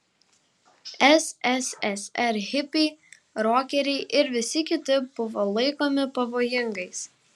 sssr hipiai rokeriai ir visi kiti buvo laikomi pavojingais